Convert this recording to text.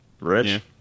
Rich